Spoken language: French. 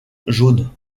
jaune